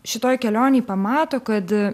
šitoj kelionėj pamato kad